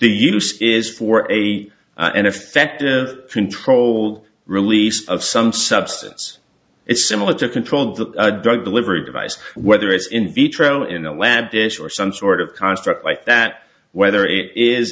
use is for a and effective control release of some substance it's similar to control of the drug delivery device whether it's in vitro in a lab dish or some sort of construct like that whether it is